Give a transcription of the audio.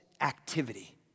activity